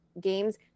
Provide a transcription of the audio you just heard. games